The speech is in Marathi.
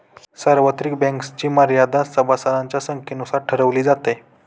सार्वत्रिक बँक्सची मर्यादा सभासदांच्या संख्येनुसार ठरवली जाते